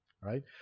right